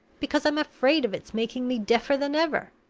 because i'm afraid of its making me deafer than ever.